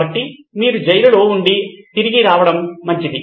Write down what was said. కాబట్టి మీరు జైలులో నుండి తిరిగి రావడం మంచిది